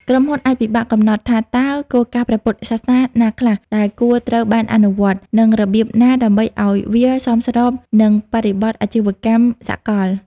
ក្រុមហ៊ុនអាចពិបាកកំណត់ថាតើគោលការណ៍ព្រះពុទ្ធសាសនាណាខ្លះដែលគួរត្រូវបានអនុវត្ត និងរបៀបណាដើម្បីឱ្យវាសមស្របនឹងបរិបទអាជីវកម្មសកល។